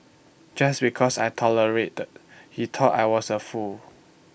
just because I tolerated he thought I was A fool